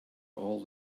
all